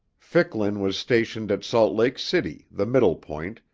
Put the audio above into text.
ficklin was stationed at salt lake city, the middle point,